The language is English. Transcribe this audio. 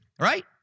right